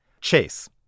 Chase